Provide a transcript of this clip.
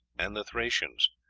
and the thracians.